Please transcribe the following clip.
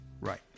right